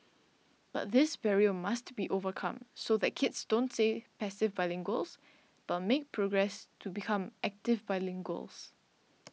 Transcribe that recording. but this barrier must be overcome so that kids don't stay passive bilinguals but make progress to become active bilinguals